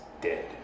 dead